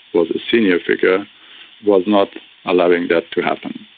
was a senior figure was not allowing that to happen.